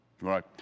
Right